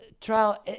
trial